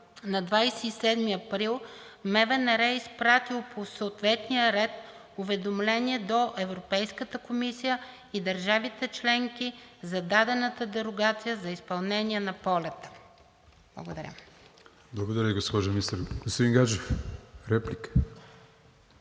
на 27 април МВнР е изпратило по съответния ред уведомление до Европейската комисия и държавите членки за дадената дерогация за изпълнение на полета. Благодаря. ПРЕДСЕДАТЕЛ АТАНАС АТАНАСОВ: Благодаря, госпожо Министър. Господин Гаджев, реплика.